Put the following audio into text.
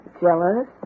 Jealous